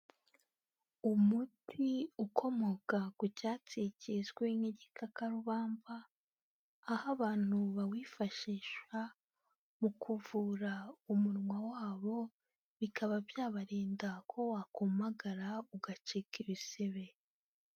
Umuti ukomoka ku cyatsi kizwi nk'igikarubamba, aho abantu bawifashisha mu kuvura umunwa wabo, bikaba byabarinda ko wakumagara ugacika ibisebe.